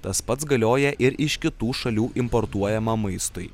tas pats galioja ir iš kitų šalių importuojamam maistui